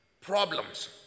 problems